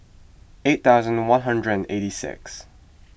eight thousand one hundred and eighty six